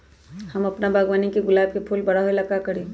हम अपना बागवानी के गुलाब के फूल बारा होय ला का करी?